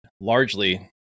largely